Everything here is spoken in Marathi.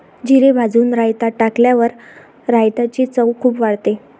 जिरे भाजून रायतात टाकल्यावर रायताची चव खूप वाढते